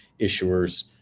issuers